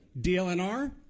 DLNR